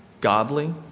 godly